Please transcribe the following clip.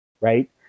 right